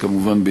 כמובן,